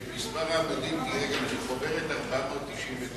את מספר העמודים של חוברת 499,